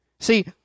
See